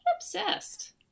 obsessed